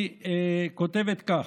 היא כותבת כך: